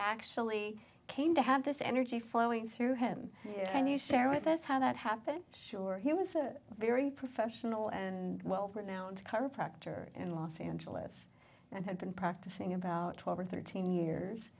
actually came to have this energy flowing through him and you share with us how that happened sure he was a very professional and well now and chiropractor in los angeles and had been practicing about twelve or thirteen years